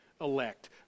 elect